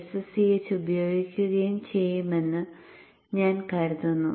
sch ഉപയോഗിക്കുകയും ചെയ്യുമെന്ന് ഞാൻ കരുതുന്നു